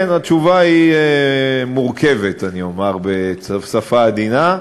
כן, התשובה היא מורכבת, אומר בשפה עדינה.